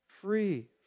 free